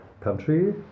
country